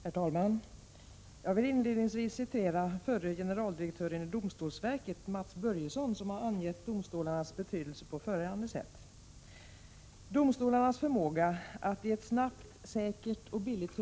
Herr talman! Jag vill inledningvis citera förre generaldirektören i domstolsverket, Mats Börjesson, som har angett domstolarnas betydelse på följande sätt: ”Domstolarnas förmåga att i ett snabbt, säkert och billigt — Prot.